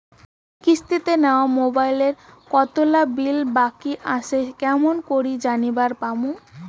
কিস্তিতে নেওয়া মোবাইলের কতোলা বিল বাকি আসে কেমন করি জানিবার পামু?